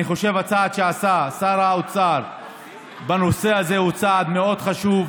אני חושב שהצעד שעשה שר האוצר בנושא הזה הוא צעד מאוד חשוב,